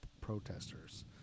protesters